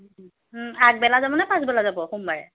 আগবেলা যাব নে পাঁচবেলা যাব সোমবাৰে